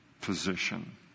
position